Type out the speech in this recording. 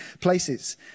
places